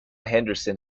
henderson